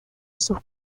sus